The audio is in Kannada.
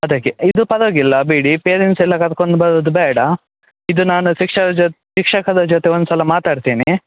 ಅದಕ್ಕೆ ಇದು ಪರವಾಗಿಲ್ಲ ಬಿಡಿ ಪೇರೆಂಟ್ಸ್ ಎಲ್ಲ ಕರ್ದುಕೊಂಡು ಬರುದು ಬೇಡ ಇದು ನಾನು ಶಿಕ್ಷಕರ ಜೊತೆ ಒಂದ್ಸಲ ಮಾತಾಡ್ತೇನೆ